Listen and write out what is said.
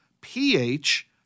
pH